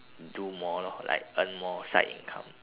do more lor like earn more side income